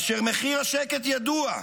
ומחיר השקט ידוע: